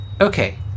Okay